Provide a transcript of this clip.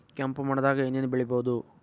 ಕೆಂಪು ಮಣ್ಣದಾಗ ಏನ್ ಏನ್ ಬೆಳಿಬೊದು?